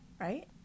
right